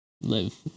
live